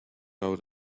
out